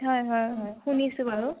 হয় হয় হয় শুনিছোঁ বাৰু